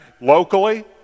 locally